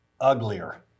uglier